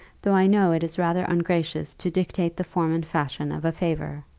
though i know it is rather ungracious to dictate the form and fashion of a favour.